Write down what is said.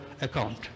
account